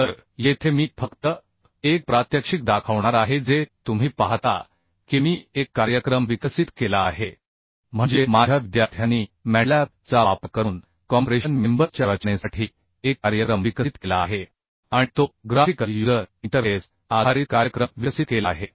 तर येथे मी फक्त एक प्रात्यक्षिक दाखवणार आहे जे तुम्ही पाहता की मी एक कार्यक्रम विकसित केला आहे म्हणजे माझ्या विद्यार्थ्यांनी मॅटलॅब चा वापर करून कॉम्प्रेशन मेंबर च्या रचनेसाठी एक कार्यक्रम विकसित केला आहे आणि तो ग्राफिकल युजर इंटरफेस आधारित कार्यक्रम विकसित केला आहे